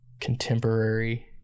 contemporary